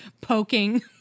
poking